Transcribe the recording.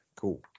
Cool